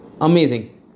Amazing